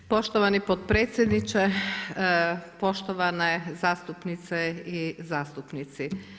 Poštovani potpredsjedniče, poštovane zastupnice i zastupnici.